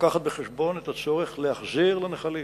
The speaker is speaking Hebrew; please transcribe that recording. לוקחת בחשבון את הצורך להחזיר לנחלים,